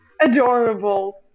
Adorable